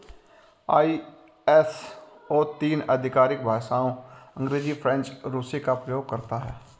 ISO तीन आधिकारिक भाषाओं अंग्रेजी, फ्रेंच और रूसी का प्रयोग करता है